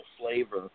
flavor